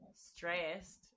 Stressed